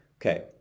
Okay